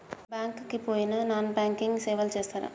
Bank కి పోయిన non banking సేవలు చేస్తరా?